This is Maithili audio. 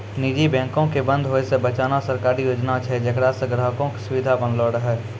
निजी बैंको के बंद होय से बचाना सरकारी योजना छै जेकरा से ग्राहको के सुविधा बनलो रहै